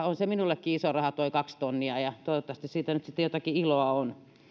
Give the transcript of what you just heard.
on se minullekin iso raha tuo kaksi tonnia toivottavasti siitä nyt sitten joitakin iloa on